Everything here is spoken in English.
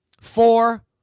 Four